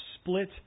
split